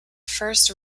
first